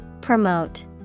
promote